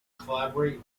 collaborate